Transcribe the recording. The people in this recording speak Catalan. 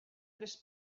tres